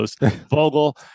Vogel